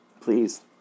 Please